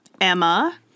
Emma